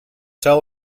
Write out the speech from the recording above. sell